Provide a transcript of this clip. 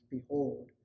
Behold